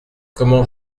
comment